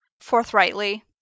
forthrightly